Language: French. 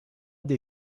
des